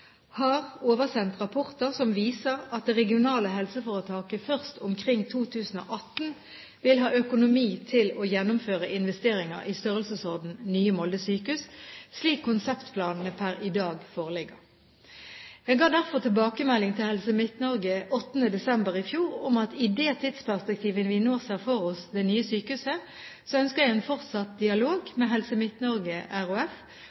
har oversendt rapporter som viser at det regionale helseforetaket først omkring 2018 vil ha økonomi til å gjennomføre investeringer i størrelsesorden Nye Molde sjukehus slik konseptplanene per i dag foreligger. Jeg ga derfor tilbakemelding til Helse Midt-Norge 8. desember i fjor om at i det tidsperspektivet vi nå ser for oss for det nye sykehuset, ønsker jeg en fortsatt